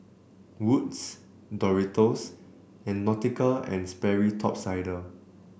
Wood's Doritos and Nautica And Sperry Top Sider